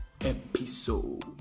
episode